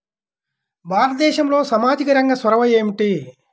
భారతదేశంలో సామాజిక రంగ చొరవ ఏమిటి?